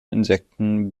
insekten